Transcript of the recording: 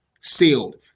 sealed